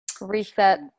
reset